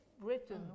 Britain